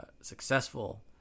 successful